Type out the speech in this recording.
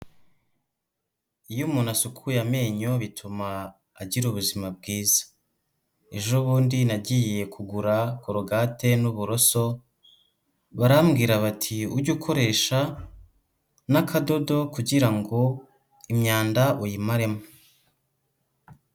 Iyo umuntu asukuye amenyo bituma agira ubuzima bwiza, ejobundi nagiye kugura korogate n'uburoso barambwira bati ujye ukoresha n'akadodo kugira ngo imyanda uyimaremo.